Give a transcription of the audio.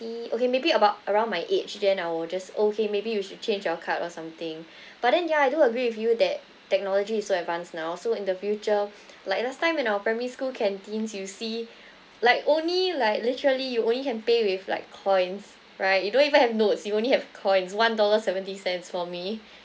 okay maybe about around my age then I will just okay maybe you should change your card or something but then ya I do agree with you that technology is so advanced now so in the future like last time in our primary school canteens you see like only like literally you only can pay with like coins right you don't even have notes you only have coins one dollar seventy cents for me